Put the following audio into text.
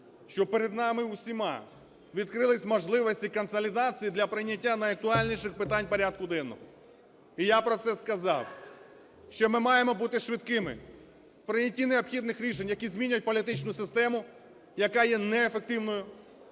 що перед нами всіма відкрилися можливості консолідації для прийняття найактуальніших питань порядку денного, і я про це сказав, що ми маємо бути швидкими в прийнятті необхідних рішень, які змінять політичну систему, яка є неефективною.